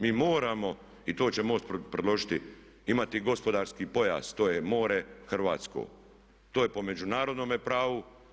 Mi moramo i to će MOST predložiti imati gospodarski pojas, to je more hrvatsko, to je po međunarodnome pravu.